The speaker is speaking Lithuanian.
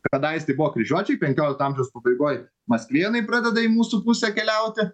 kadais buvo kryžiuočiai penkiolikto amžiaus pabaigoj maskvėnai pradeda į mūsų pusę keliauti